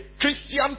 Christian